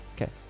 Okay